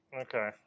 Okay